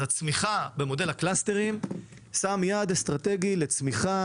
אז הצמיחה במודל הקלסטרים שמה יעד אסטרטגי לצמיחה